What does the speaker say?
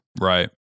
Right